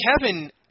Kevin